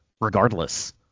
regardless